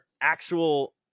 actual